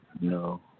No